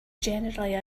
generally